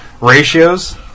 ratios